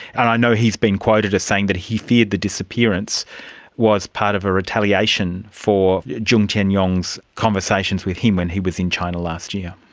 and i know he's been quoted as saying he feared the disappearance was part of a retaliation for jiang tianyong's conversations with him when he was in china last year.